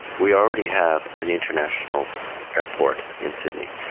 we already have an international airport in sydney,